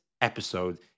episode